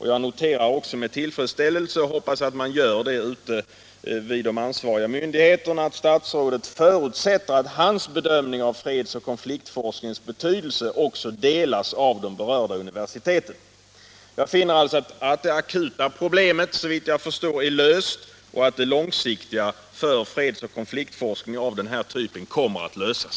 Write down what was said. Jag noterar också med tillfredsställelse, och hoppas även att man gör det ute i de ansvariga myndigheterna, att statsrådet förutsätter att hans bedömning av fredsoch konfliktforskningens betydelse också delas av de berörda universiteten. Jag finner alltså att det akuta problemet, såvitt jag förstår, är löst och att det långsiktiga för fredsoch konfliktforskning av den här typen kommer att lösas.